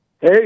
Hey